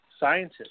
scientists